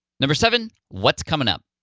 number seven, what's coming up?